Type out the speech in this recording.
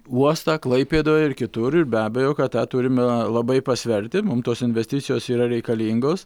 uostą klaipėdoj ir kitur ir be abejo kad tą turime labai pasverti mum tos investicijos yra reikalingos